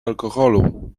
alkoholu